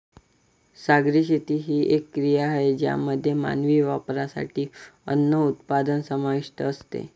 सागरी शेती ही एक क्रिया आहे ज्यामध्ये मानवी वापरासाठी अन्न उत्पादन समाविष्ट असते